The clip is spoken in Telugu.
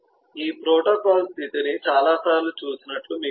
ఈ ప్రోటోకాల్ స్థితిని చాలా సార్లు చూసినట్లు మీకు తెలుసు